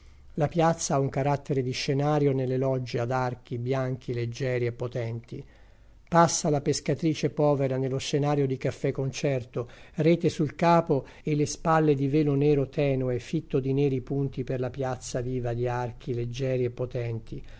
la piazza ha un carattere di scenario nelle logge ad archi bianchi leggieri e potenti passa la pescatrice povera nello scenario di caffè concerto rete sul capo e le spalle di velo nero tenue fitto di neri punti per la piazza viva di archi leggieri e potenti